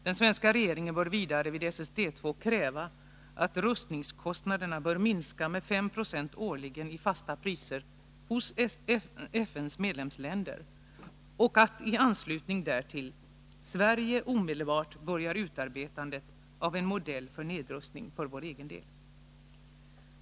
Den svenska regeringen bör vidare vid SSD II kräva att rustningskostnaderna bör minska med 5 9 årligen i fasta priser hos FN:s medlemsländer och att i anslutning därtill Sverige omedelbart börjar utarbetandet av en modell för nedrustning för vår egen del.